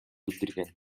билдирген